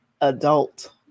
adult